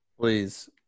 Please